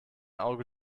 auge